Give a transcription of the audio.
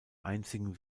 einzigen